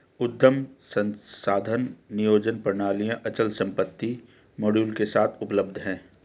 उद्यम संसाधन नियोजन प्रणालियाँ अचल संपत्ति मॉड्यूल के साथ उपलब्ध हैं